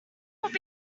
would